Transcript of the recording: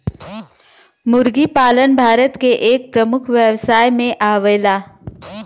मुर्गी पालन भारत के एक प्रमुख व्यवसाय में आवेला